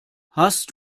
hast